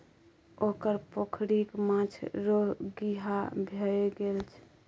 ओकर पोखरिक माछ रोगिहा भए गेल छै